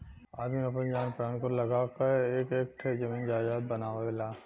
आदमी आपन जान परान कुल लगा क एक एक ठे जमीन जायजात बनावेला